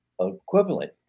equivalent